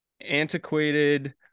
antiquated